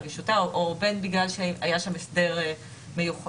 רגישותה או בין בגלל שהיה שם הסדר מיוחד